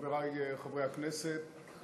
חברי חברי הכנסת,